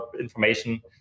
information